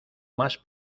más